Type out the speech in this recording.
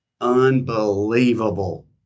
unbelievable